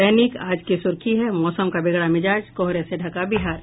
दैनिक आज की सुर्खी है मौसम का बिगड़ा मिजाज कोहरे से ढंका बिहार